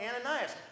Ananias